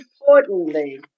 importantly